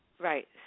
Right